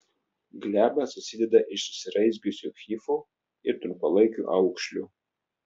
gleba susideda iš susiraizgiusių hifų ir trumpalaikių aukšlių